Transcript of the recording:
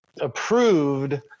approved